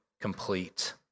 complete